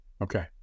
Okay